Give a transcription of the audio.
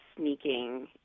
sneaking